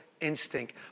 instinct